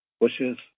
bushes